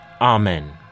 Amen